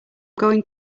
going